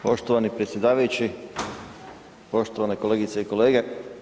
Poštovani predsjedavajući, poštovane kolegice i kolege.